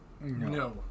No